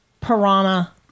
piranha